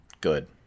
good